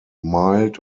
mild